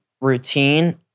routine